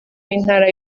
w’intara